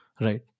Right